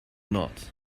not